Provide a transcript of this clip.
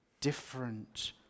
different